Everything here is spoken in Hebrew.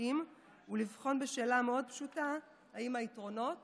החוקים ולבחון שאלה מאוד פשוטה: האם היתרונות